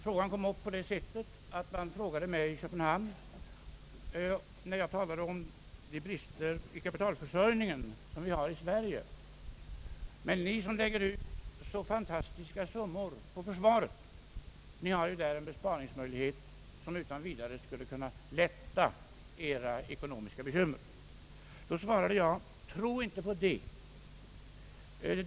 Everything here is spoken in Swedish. Frågan kom upp på följande sätt. När jag talade om de brister i kapitalförsörjningen som vi har i Sverige sade man i Köpenhamn: Men ni som lägger ut så fantastiska summor på försvaret har där en besparingsmöjlighet som utan vidare skulle kunna lätta era ekonomiska bekymmer. Då svarade jag: Tro inte på det.